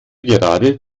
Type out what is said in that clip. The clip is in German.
gerade